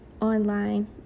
online